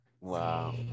Wow